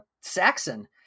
Saxon